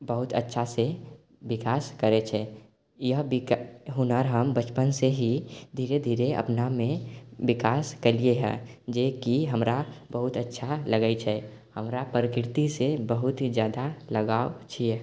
बहुत अच्छासँ विकास करै छै यह विक हुनर हम बचपनसँ ही धीरे धीरे अपनामे विकास कयलियै हँ जेकि हमरा बहुत अच्छा लगै छै हमरा प्रकृतिसँ बहुत जादा लगाव छियै